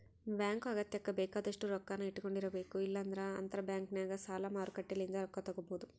bank ಅಗತ್ಯಕ್ಕ ಬೇಕಾದಷ್ಟು ರೊಕ್ಕನ್ನ ಇಟ್ಟಕೊಂಡಿರಬೇಕು, ಇಲ್ಲಂದ್ರ ಅಂತರಬ್ಯಾಂಕ್ನಗ ಸಾಲ ಮಾರುಕಟ್ಟೆಲಿಂದ ರೊಕ್ಕ ತಗಬೊದು